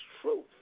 truth